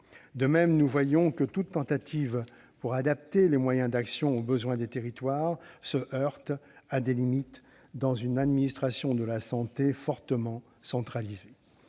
De même, nous voyons que toute tentative pour adapter les moyens d'action aux besoins des territoires se heurte à des limites dans une administration de la santé fortement centralisée.